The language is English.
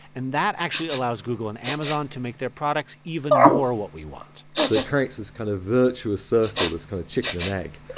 and that actually allows google and amazon to make their products even more what we want so it creates this kind of virtual circle that's kind of chicken and egg,